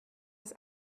ist